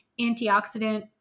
antioxidant